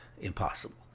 impossible